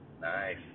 Nice